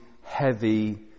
heavy